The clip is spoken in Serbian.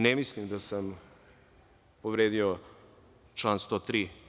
Ne mislim da sam povredio član 103.